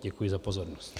Děkuji za pozornost.